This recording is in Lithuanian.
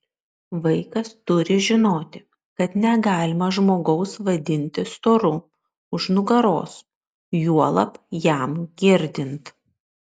vaikas turi žinoti kad negalima žmogaus vadinti storu už nugaros juolab jam girdint